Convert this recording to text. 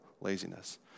laziness